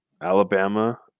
Alabama